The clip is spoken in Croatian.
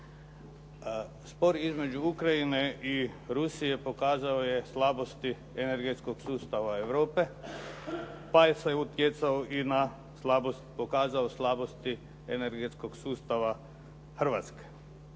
Spor između Ukrajine i Rusije pokazao je slabosti energetskog sustava Europe pa je utjecao i na slabost, pokazao slabosti energetskog sustava Hrvatske.